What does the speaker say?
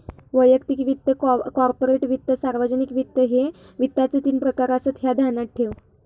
वैयक्तिक वित्त, कॉर्पोरेट वित्त, सार्वजनिक वित्त, ह्ये वित्ताचे तीन प्रकार आसत, ह्या ध्यानात ठेव